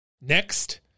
Next